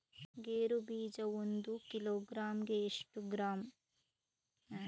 ಗೇರು ಬೀಜ ಒಂದು ಕಿಲೋಗ್ರಾಂ ಗೆ ಎಷ್ಟು ಕ್ರಯ?